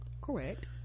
correct